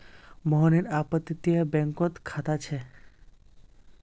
मोहनेर अपततीये बैंकोत खाता छे